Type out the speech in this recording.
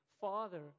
Father